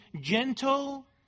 gentle